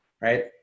right